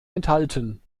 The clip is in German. enthalten